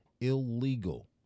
illegal